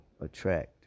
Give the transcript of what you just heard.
attract